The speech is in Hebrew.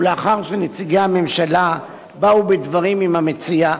ולאחר שנציגי הממשלה באו בדברים עם המציע,